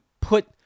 put